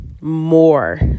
more